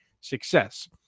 success